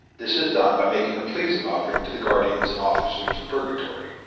this is done by making a pleasing offering to the guardians and officers of purgatory,